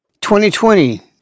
2020